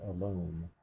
alone